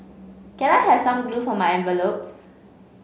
can I have some glue for my envelopes